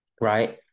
right